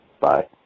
bye